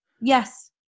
Yes